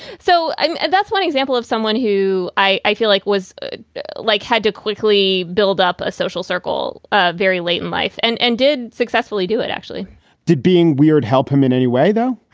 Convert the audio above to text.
so and that's one example of someone who i i feel like was ah like had to quickly build up a social circle. ah very. late in life and and did successfully do it, actually did being weird help him in any way, though?